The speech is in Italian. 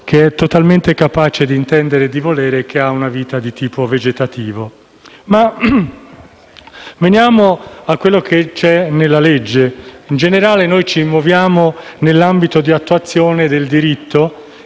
che è totalmente capace di intendere e di volere, ma ha una vita di tipo vegetativo. Veniamo, però, a ciò che è contenuto nella legge. In generale, noi ci muoviamo nell'ambito di attuazione del diritto